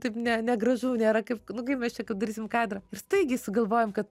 taip ne negražu nėra kaip nu kaip mes čia padarysim kadrą ir staigiai sugalvojom kad